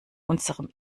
unserem